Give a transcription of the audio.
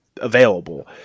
available